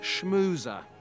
schmoozer